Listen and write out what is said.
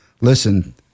listen